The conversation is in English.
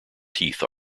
teeth